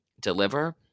deliver